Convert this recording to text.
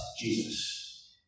Jesus